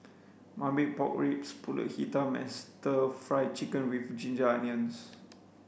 marmite pork ribs Pulut Hitam and stir fry chicken with ginger onions